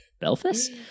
Belfast